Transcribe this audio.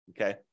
okay